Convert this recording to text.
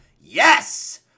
Yes